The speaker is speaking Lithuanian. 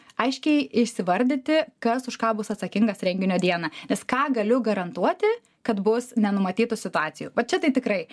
aiškiai įsivardyti kas už ką bus atsakingas renginio dieną nes ką galiu garantuoti kad bus nenumatytų situacijų va čia tai tikrai